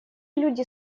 люди